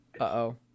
Uh-oh